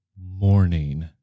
morning